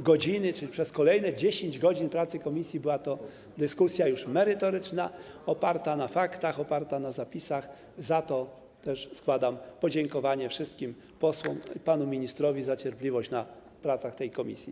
godziny czy przez kolejne 10 godzin pracy komisji była to już dyskusja merytoryczna, oparta na faktach, oparta na zapisach, za co też składam podziękowania wszystkim posłom, a panu ministrowi - za cierpliwość podczas prac w tej komisji.